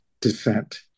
dissent